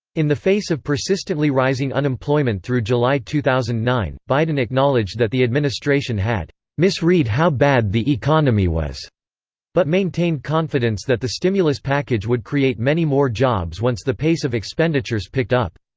in the face of persistently rising unemployment through july two thousand and nine, biden acknowledged that the administration had misread how bad the economy was but maintained confidence that the stimulus package would create many more jobs once the pace of expenditures picked up.